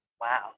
Wow